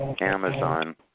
Amazon